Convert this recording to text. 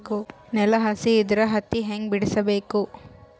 ನೆಲ ಹಸಿ ಇದ್ರ ಹತ್ತಿ ಹ್ಯಾಂಗ ಬಿಡಿಸಬೇಕು?